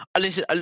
Listen